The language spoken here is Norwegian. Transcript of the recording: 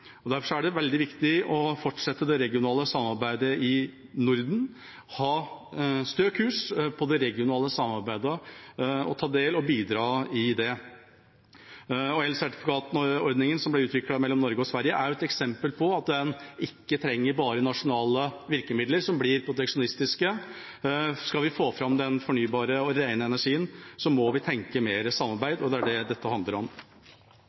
Derfor er det veldig viktig å fortsette det regionale samarbeidet i Norden, ha stø kurs på det regionale samarbeidet og ta del i og bidra til det. Elsertifikatordningen som ble utviklet mellom Norge og Sverige, er et eksempel på at en ikke trenger bare nasjonale virkemidler, som blir proteksjonistiske. Skal vi få fram den fornybare og rene energien, må vi tenke mer samarbeid, og det er det dette handler om.